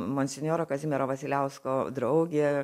monsinjoro kazimiero vasiliausko draugė